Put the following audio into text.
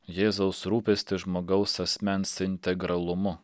jėzaus rūpestį žmogaus asmens integralumu